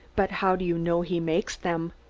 but how do you know he makes them?